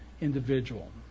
individual